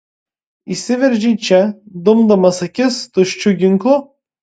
įsiveržei čia dumdamas akis tuščiu ginklu